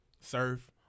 surf